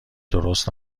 درست